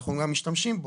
ואנחנו גם משתמשים בו.